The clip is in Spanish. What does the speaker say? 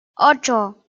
ocho